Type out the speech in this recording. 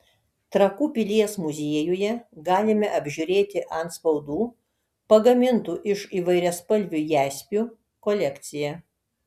trakų pilies muziejuje galime apžiūrėti antspaudų pagamintų iš įvairiaspalvių jaspių kolekciją